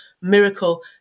Miracle